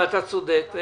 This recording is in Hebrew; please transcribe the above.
אתה צודק.